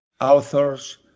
authors